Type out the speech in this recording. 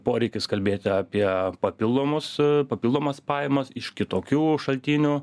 poreikis kalbėti apie papildomus papildomas pajamas iš kitokių šaltinių